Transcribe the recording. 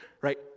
right